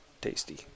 tasty